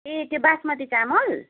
ए त्यो बासमती चामल